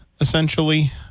essentially